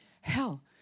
hell